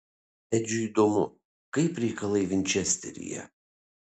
edžiui įdomu kaip reikalai vinčesteryje